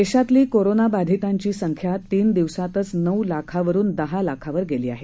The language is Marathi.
देशातली कोरोनाबाधितांची संख्या तीन दिवसांतच नऊ लाखावरून दहा लाखावर गेली आहे